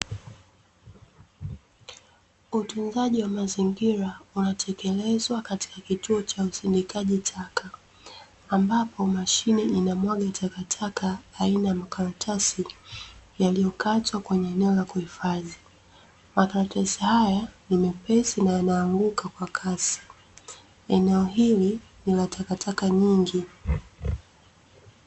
Utunzaji wa mazingira unatekelezwa katika kituo cha usindikaji taka, ambapo mashine inamwaga takataka aina ya makaratasi yaliyokatwa kwenye eneo la kuhifadhi. Makaratasi haya ni mepesi na yanaanguka kwa kasi. Eneo hili lina takataka nyingi.